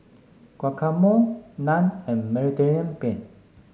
Guacamole Naan and Mediterranean Penne